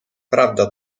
prawda